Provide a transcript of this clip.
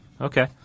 okay